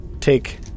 take